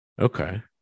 Okay